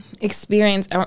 experience